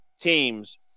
teams